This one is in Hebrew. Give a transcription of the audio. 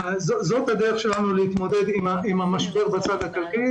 זו דרכנו להתמודד עם המשבר בצד הכלכלי.